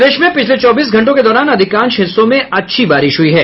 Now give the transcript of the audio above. प्रदेश में पिछले चौबीस घंटों के दौरान अधिकांश हिस्सों में अच्छी बारिश हुई है